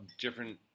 different